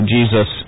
Jesus